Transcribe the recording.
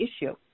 issue